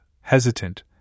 hesitant